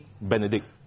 benedict